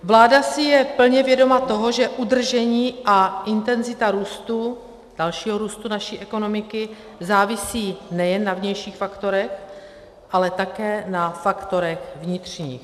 Vláda si je plně vědoma toho, že udržení a intenzita růstu, dalšího růstu naší ekonomiky závisí nejen na vnějších faktorech, ale také na faktorech vnitřních.